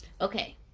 Okay